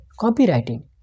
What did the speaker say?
Copywriting